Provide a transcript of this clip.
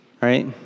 right